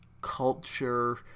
culture